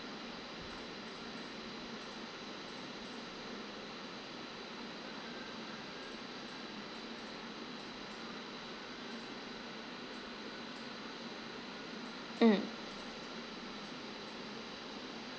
mm